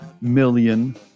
million